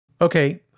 Okay